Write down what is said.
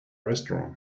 restaurant